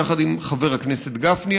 יחד עם חבר הכנסת גפני,